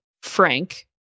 Frank